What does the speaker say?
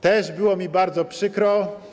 Też było mi bardzo przykro.